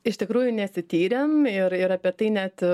iš tikrųjų nesityrė ir ir apie tai net